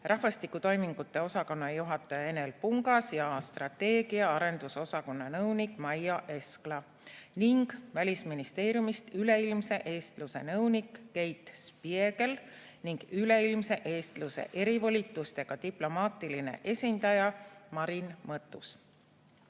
rahvastiku toimingute osakonna juhataja Enel Pungas ja strateegia‑ ja arendusosakonna nõunik Maia Eskla ning Välisministeeriumist ülemaailmse eestluse nõunik Keit Spiegel ning ülemaailmse eestluse erivolitustega diplomaatiline esindaja Marin